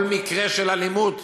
כל מקרה של אלימות,